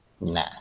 Nah